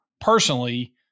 personally